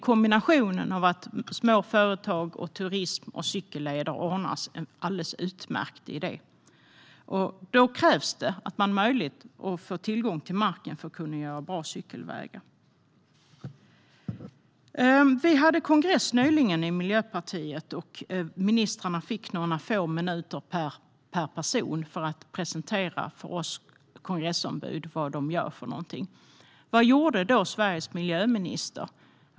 Kombinationen av små företag, turism och cykelleder är en alldeles utmärkt idé, och då krävs tillgång till mark för att bygga bra cykelvägar. Miljöpartiet hade nyligen kongress. Ministrarna fick några få minuter per person för att presentera för oss kongressombud vad de gör. Vad gjorde då Sveriges miljöminister?